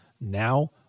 Now